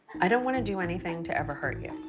i don't wanna do anything to ever hurt you.